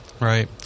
Right